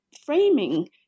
framing